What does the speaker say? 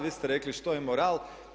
Vi ste rekli što je moral.